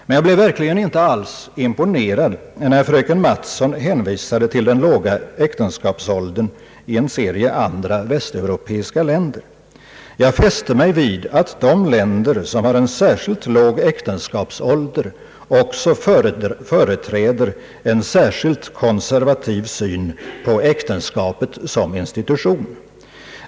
Men jag blev verkligen inte alls imponerad när fröken Mattson hänvisade till den låga äktenskapsåldern i en serie andra västeuropeiska länder. Jag fäste mig vid att de länder som har en särskilt låg äktenskapsålder också företräder en särskilt konservativ syn på äktenskapet som institution.